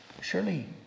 Surely